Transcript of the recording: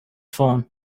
phone